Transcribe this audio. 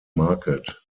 market